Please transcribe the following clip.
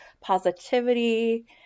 positivity